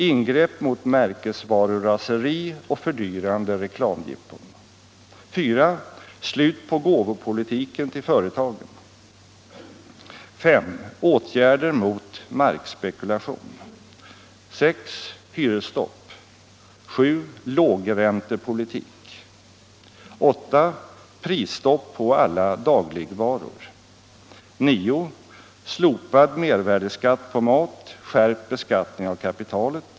Ingrepp mot märkesvaruraseri och fördyrande reklamjippon.